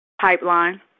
Pipeline